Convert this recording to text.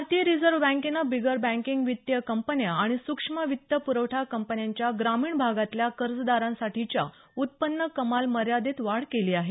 भारतीय रिझर्व्ह बँकेनं बिगर बँकिंग वित्तीय कंपन्या आणि सूक्ष्म वित्त प्रवठा कंपन्यांच्या ग्रामीण भागातल्या कर्जदारांसाठीच्या उत्पन्न कमाल मर्यादेत वाढ केली आहे